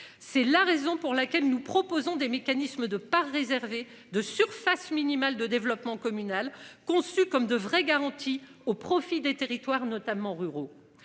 C'est la raison pour laquelle nous proposons des mécanismes de pas réservé de surface minimale de développement communal conçu comme de vraies garanties au profit des territoires notamment ruraux.